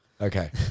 Okay